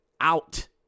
Out